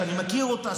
שאני מכיר אותה,